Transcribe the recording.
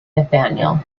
nathanael